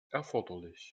erforderlich